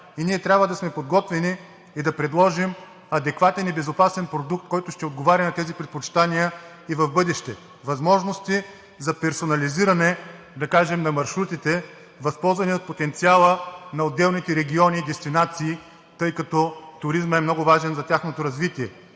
– ние трябва да сме подготвени и да предложим адекватен и безопасен продукт, който ще отговаря на тези предпочитания и в бъдеще. Възможности за персонализиране, да кажем, на маршрутите, възползвани от потенциала на отделните региони и дестинации, тъй като туризмът е много важен за тяхното развитие.